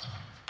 sige